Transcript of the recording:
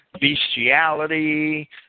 bestiality